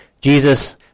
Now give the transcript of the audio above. Jesus